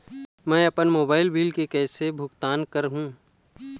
मैं अपन mobile bill के कैसे भुगतान कर हूं?